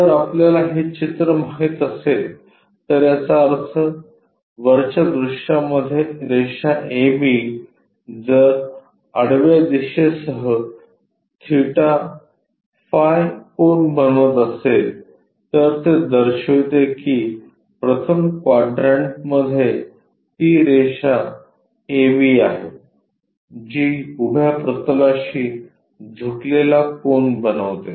जर आपल्याला हे चित्र माहित असेल तर याचा अर्थ वरच्या दृश्यामध्ये रेषा ab जर आडव्या दिशेसह थीटा फाय कोन बनवत असेल तर ते दर्शविते की प्रथम क्वाड्रंटमध्ये ती ही रेषा AB आहे जी उभ्या प्रतलाशी झुकलेला कोन बनवते